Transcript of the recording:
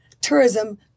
tourism